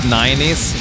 90s